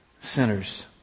sinners